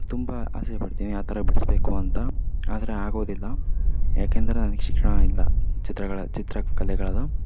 ತುಂಬ ಆಸೆ ಪಡ್ತೀನಿ ಆ ಥರ ಬಿಡಿಸ್ಬೇಕು ಅಂತ ಆದರೆ ಆಗೋದಿಲ್ಲ ಯಾಕೆಂದರೆ ನನಿಗೆ ಶಿಕ್ಷಣಯಿಲ್ಲ ಚಿತ್ರಗಳ ಚಿತ್ರಕಲೆಗಳದ್ದು